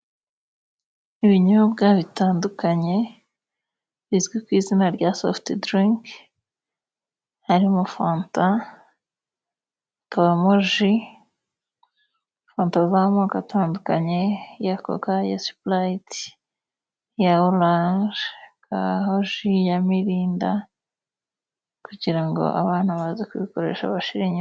Ibinyobwa bitandukanye bizwi ku izina rya sofuti dirinki harimo: fanta, hakabamo ji, fanta z'amoko atandukanye iya koka, iya sipurayiti, iya oranje, hariho ji ya mirinda, kugira ngo abana baze kubikoresha bashire inyota.